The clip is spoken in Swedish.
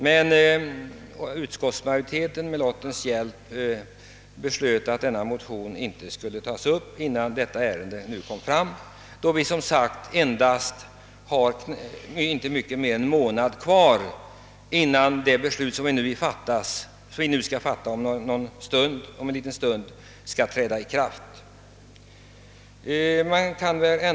Men utskottsmajoriteten med lottens hjälp beslöt att denna motion inte skulle tas upp före behandlingen av detta ärende — och det dröjer som bekant bara en månad innan det beslut, som vi skall fatta om en liten stund, träder i kraft.